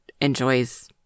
enjoys